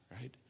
right